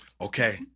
Okay